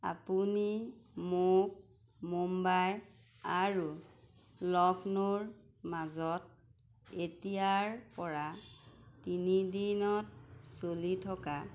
আপুনি মোক মুম্বাই আৰু লক্ষ্ণৌৰ মাজত এতিয়াৰপৰা তিনিদিনত চলি থকা